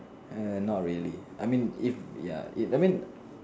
err not really I mean if ya I mean